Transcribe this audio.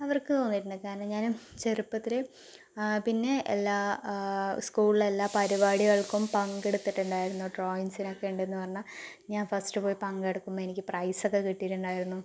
അവർക്ക് തോന്നിട്ടുണ്ട് കാരണം ഞാനും ചെറുപ്പത്തിലെ പിന്നെ എല്ലാ സ്കൂളിൽ എല്ലാ പരിപാടികൾക്കും പങ്കെടുത്തിട്ടുണ്ടായിരുന്നു ഡ്രോയിങ്സിനൊക്കെ ഉണ്ടെന്ന് പറഞ്ഞാൽ ഞാൻ ഫസ്റ്റ് പോയി പങ്കെടുക്കും എനിക്ക് പ്രൈസൊക്കെ കിട്ടിയിട്ടുണ്ടായിരുന്നു